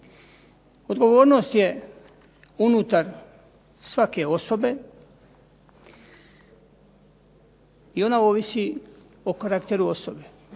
Odgovornost je unutar svake osobe, i ona ovisi o karakteru osobe,